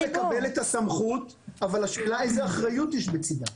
נשמח לקבל את הסמכות אבל השאלה איזה אחריות יש בצידה.